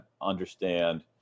understand